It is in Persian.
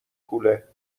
کوله